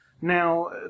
Now